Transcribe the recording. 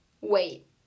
Wait